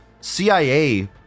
CIA